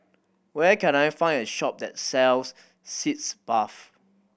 where can I find a shop that sells Sitz Bath